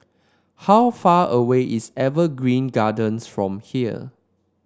how far away is Evergreen Gardens from here